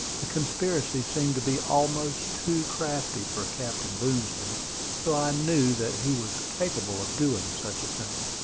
the conspiracy seemed to be almost too crafty for captain boomsby though i knew that he was capable of doing such a thing.